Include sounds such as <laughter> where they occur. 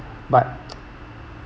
but <noise>